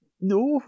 No